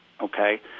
okay